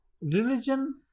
Religion